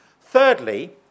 Thirdly